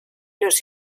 los